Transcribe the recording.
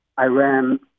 Iran